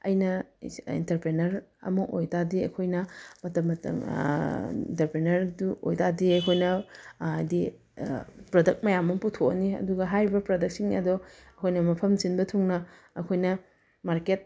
ꯑꯩꯅ ꯏꯟꯇꯔꯄ꯭ꯔꯦꯅꯔ ꯑꯃ ꯑꯣꯏꯇꯥꯗꯤ ꯑꯩꯈꯣꯏꯅ ꯃꯇꯝ ꯏꯟꯇꯔꯄ꯭ꯔꯦꯅꯔꯗꯨ ꯑꯣꯏꯇꯥꯗꯤ ꯑꯩꯈꯣꯏꯅ ꯍꯥꯏꯗꯤ ꯄꯔꯗꯛ ꯃꯌꯥꯝ ꯑꯃ ꯄꯨꯊꯣꯛꯑꯅꯤ ꯑꯗꯨꯒ ꯍꯥꯏꯔꯤꯕ ꯄꯔꯗꯛꯁꯤꯡ ꯑꯗꯣ ꯑꯩꯈꯣꯏꯅ ꯃꯐꯝ ꯁꯤꯟꯕ ꯊꯨꯡꯅ ꯑꯩꯈꯣꯏꯅ ꯃꯥꯔꯀꯦꯠ